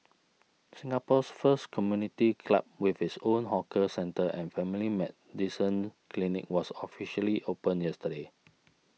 Singapore's first community club with its own hawker centre and family medicine clinic was officially opened yesterday